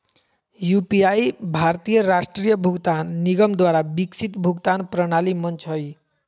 UPI भारतीय राष्ट्रीय भुगतान निगम द्वारा विकसित भुगतान प्रणाली मंच हइ